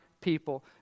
people